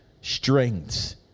strengths